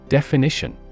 Definition